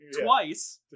twice